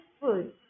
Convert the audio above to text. food